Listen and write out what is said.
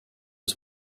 his